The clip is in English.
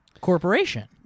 corporation